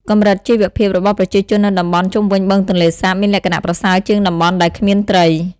កម្រិតជីវភាព របស់ប្រជាជននៅតំបន់ជុំវិញបឹងទន្លេសាបមានលក្ខណៈប្រសើរជាងតំបន់ដែលគ្មានត្រី។